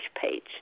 page